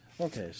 Okay